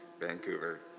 Vancouver